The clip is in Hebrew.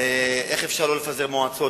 איך אפשר לא לפזר מועצות.